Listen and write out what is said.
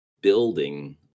building